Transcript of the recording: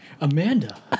Amanda